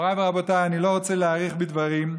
מוריי ורבותיי, אני לא רוצה להאריך בדברים,